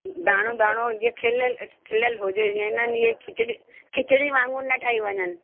दाणो दाणो जीअं खिलियल खिलियल हुजे ईंअ न खिचड़ी खिचड़ी वागूंर न ठही वञनि